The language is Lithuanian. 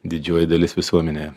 didžioji dalis visuomenėje